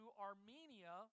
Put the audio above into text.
Armenia